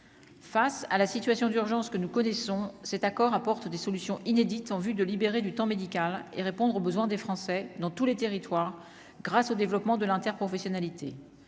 face à la situation d'urgence que nous connaissons cet accord apporte des solutions inédites en vue de libérer du temps médical et répondre aux besoins des Français dans tous les territoires, grâce au développement de l'interprofessionnalité